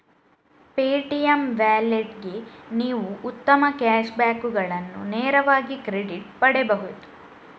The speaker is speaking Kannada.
ಪೇಟಿಎಮ್ ವ್ಯಾಲೆಟ್ಗೆ ನೀವು ಉತ್ತಮ ಕ್ಯಾಶ್ ಬ್ಯಾಕುಗಳನ್ನು ನೇರವಾಗಿ ಕ್ರೆಡಿಟ್ ಪಡೆಯಬಹುದು